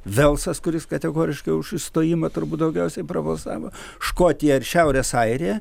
velsas kuris kategoriškai už išstojimą turbūt daugiausiai prabalsavo škotija ir šiaurės airija